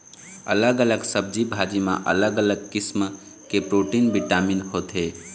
अलग अलग सब्जी भाजी म अलग अलग किसम के प्रोटीन, बिटामिन होथे